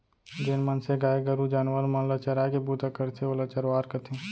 जेन मनसे गाय गरू जानवर मन ल चराय के बूता करथे ओला चरवार कथें